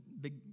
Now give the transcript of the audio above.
big